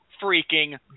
freaking